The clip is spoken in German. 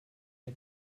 der